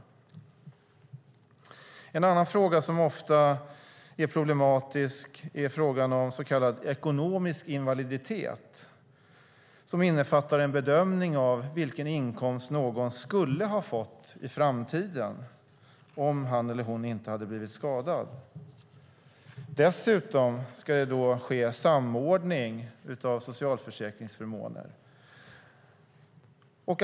En annan fråga som ofta är problematisk är frågan om så kallad ekonomisk invaliditet som innefattar en bedömning av vilken inkomst någon skulle ha fått i framtiden om han eller hon inte hade blivit skadad. Dessutom ska det då ske samordning av socialförsäkringsförmåner.